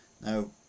Now